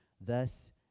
thus